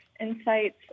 insights